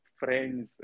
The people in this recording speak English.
friends